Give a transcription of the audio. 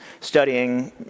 studying